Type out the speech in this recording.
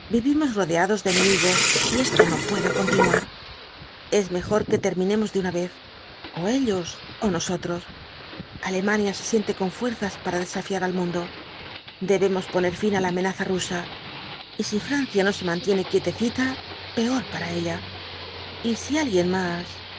vivimos rodeados de enemigos y esto no puede continuar es mejor que terminemos de una vez o ellos ó nosotros alemania se siente con fuerzas para desafiar al mundo debemos poner ñn á la amenaza rusa y si francia no se mantiene quietecita peor para ella y si alguien más